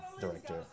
director